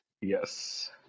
Yes